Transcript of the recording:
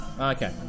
Okay